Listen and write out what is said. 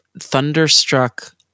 Thunderstruck